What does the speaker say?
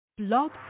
Blog